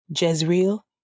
Jezreel